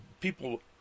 people